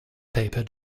paper